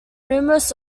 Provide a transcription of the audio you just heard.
numerous